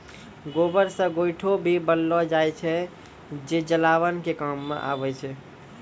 गोबर से गोयठो भी बनेलो जाय छै जे जलावन के काम मॅ आबै छै